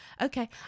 okay